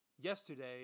yesterday